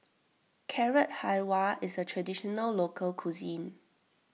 Carrot Halwa is a Traditional Local Cuisine